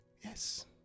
Yes